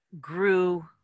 grew –